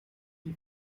die